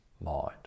mind